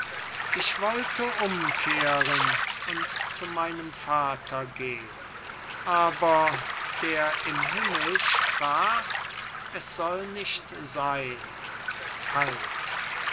ich wollte umkehren und zu meinem vater geh'n aber der im himmel sprach es soll nicht seyn